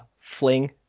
Fling